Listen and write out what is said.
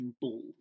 balls